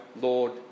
Lord